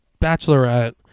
Bachelorette